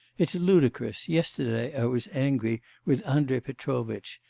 it's ludicrous yesterday i was angry with andrei petrovitch,